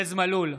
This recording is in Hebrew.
ארז מלול,